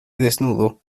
desnudo